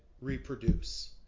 reproduce